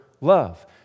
Love